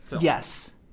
Yes